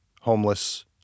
homeless